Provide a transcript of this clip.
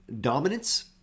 dominance